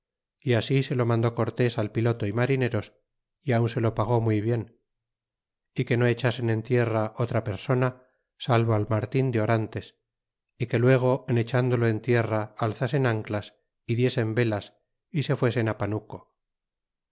y así se lo mandó cortés al piloto y marineros y aun se lo pagó muy bien y que no echasen en tierra otra persona salvo al martin de orantes y que luego en echándolo en tierra alzasen anclas y diesen velas y se fuesen panuco